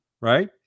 Right